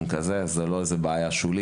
זה לא איזו בעיה שולית.